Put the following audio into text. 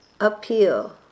appeal